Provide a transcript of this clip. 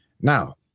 Now